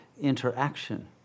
interaction